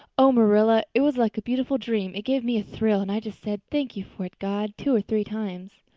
oh, marilla, it was like a beautiful dream! it gave me a thrill and i just said, thank you for it, god two or three times.